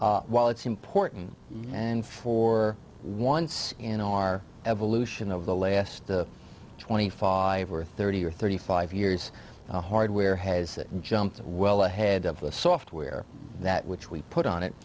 while it's important and for once in our evolution over the last twenty five or thirty or thirty five years the hardware has jumped well ahead of the software that which we put on it